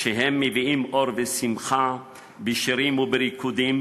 כשהם מביאים אור ושמחה בשירים ובריקודים,